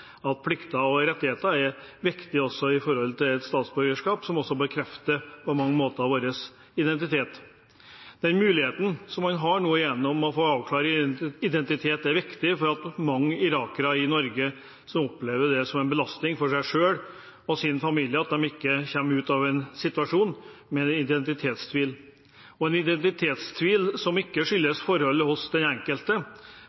at plikter og rettigheter er viktig også når det gjelder et statsborgerskap, som på mange måter bekrefter vår identitet. Denne muligheten som man nå får gjennom å få avklart identiteten, er viktig for mange irakere i Norge som opplever det som en belastning for seg selv og sin familie at de ikke kommer ut av en situasjon med identitetstvil – en identitetstvil som ikke